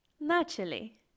naturally